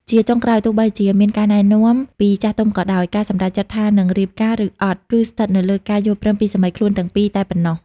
ជាចុងក្រោយ ទោះបីជាមានការណែនាំពីចាស់ទុំក៏ដោយ ការសម្រេចចិត្តថានឹងរៀបការ ឬអត់ គឺស្ថិតនៅលើការយល់ព្រមពីសាមីខ្លួនទាំងពីរតែប៉ុណ្ណោះ។